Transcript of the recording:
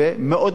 הוא דן בזה הרבה.